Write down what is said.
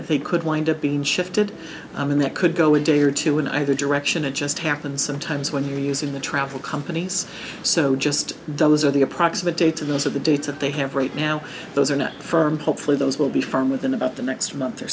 again they could wind up being shifted and they could go a day or two in either direction it just happens sometimes when you're using the travel companies so just those are the approximate data those are the dates that they have right now those are net firm hopefully those will be firm within about the next month or